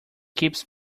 keeps